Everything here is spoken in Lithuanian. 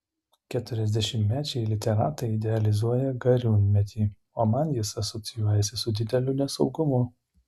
keturiasdešimtmečiai literatai idealizuoja gariūnmetį o man jis asocijuojasi su dideliu nesaugumu